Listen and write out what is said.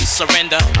surrender